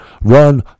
run